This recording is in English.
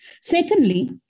Secondly